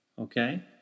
okay